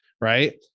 right